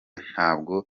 ntabwo